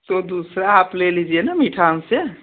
सो दूसरा आप ले लीजिए ना मीठा हमसे